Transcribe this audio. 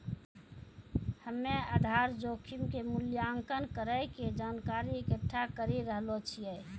हम्मेआधार जोखिम के मूल्यांकन करै के जानकारी इकट्ठा करी रहलो छिऐ